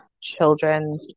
Children